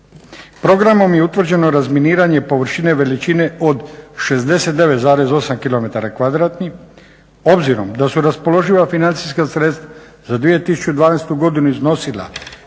Programom je utvrđeno razminiranje površine veličine od 69,8 km kvadratnih obzirom da su raspoloživa financijska sredstva za 2012.godinu iznosila